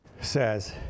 says